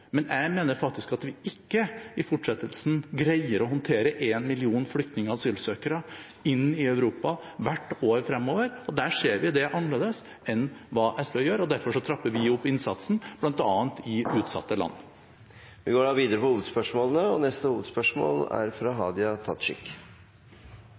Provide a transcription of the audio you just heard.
men jeg mener faktisk at vi ikke i fortsettelsen greier å håndtere 1 million flyktninger og asylsøkere inn i Europa hvert år fremover. Og der ser vi det annerledes enn SV gjør, og derfor trapper vi opp innsatsen bl.a. i utsatte land. Vi går videre til neste hovedspørsmål.